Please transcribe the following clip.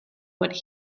what